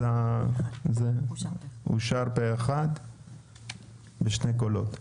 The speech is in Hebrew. אז אושר פה אחד בשני קולות.